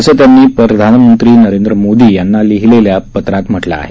असं त्यांनी प्रधानमंत्री नरेंद्र मोदी यांना लिहीलेल्या पत्रात म्हटलं आहे